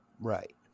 Right